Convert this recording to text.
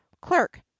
clerk